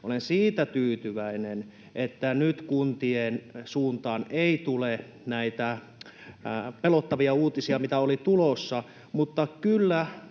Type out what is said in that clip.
Olen siitä tyytyväinen, että nyt kuntien suuntaan ei tule näitä pelottavia uutisia, mitä oli tulossa, mutta kyllä,